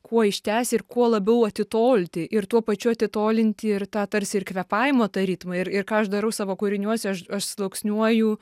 kuo ištęsti ir kuo labiau atitolti ir tuo pačiu atitolinti ir tą tarsi ir kvėpavimo tą ritmą ir ir ką aš darau savo kūriniuose aš aš sluoksniuoju